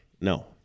No